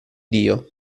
dio